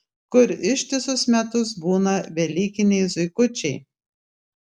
kur ištisus metus būna velykiniai zuikučiai